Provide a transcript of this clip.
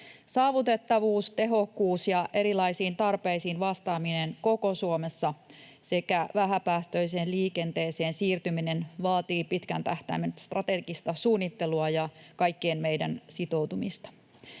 Saavutettavuus, tehokkuus ja erilaisiin tarpeisiin vastaaminen koko Suomessa sekä vähäpäästöiseen liikenteeseen siirtyminen vaativat pitkän tähtäimen strategista suunnittelua ja kaikkien meidän sitoutumista.